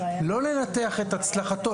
לא לנתח את הצלחתו.